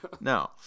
No